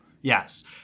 Yes